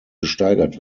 gesteigert